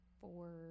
four